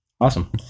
Awesome